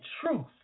truth